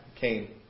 came